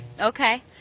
Okay